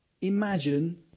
imagine